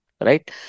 right